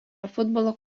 futbolo